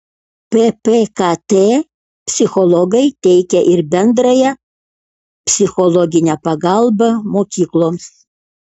ppkt psichologai teikia ir bendrąją psichologinę pagalbą mokykloms